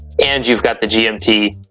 and, you've got the gmt.